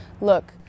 look